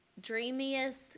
dreamiest